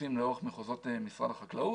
שפרוסים לאורך מחוזות משרד החקלאות,